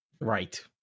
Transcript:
Right